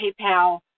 PayPal